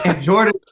jordan